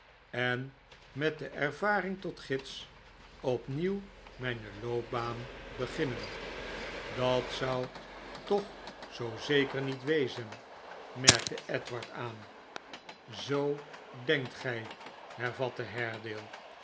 en met de ervaring tot gids opnieuw mijne loopbaan beginnen a dat zou toch zoo zeker niet wezen merkte edward aan zoo denkt gij hervatte